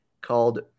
called